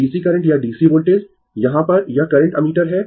DC current या DC voltage यहां पर यह करंट एमीटर है